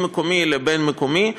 ממקומי לבין-מקומי.